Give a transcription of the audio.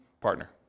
partner